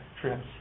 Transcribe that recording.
trips